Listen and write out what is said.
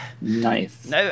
Nice